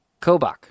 Kobach